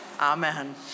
Amen